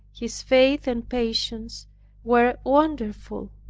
his faith and patience were wonderful.